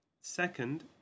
Second